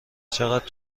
چقدر